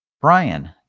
Brian